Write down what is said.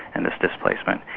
and this displacement,